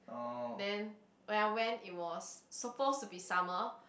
then when I went it was supposed to be summer